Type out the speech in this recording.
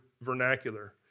vernacular